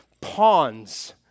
pawns